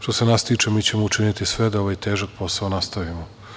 Što se nas tiče mi ćemo učiniti sve da ovaj težak posao nastavimo.